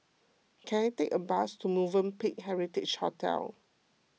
can I take a bus to Movenpick Heritage Hotel